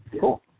Cool